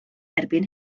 erbyn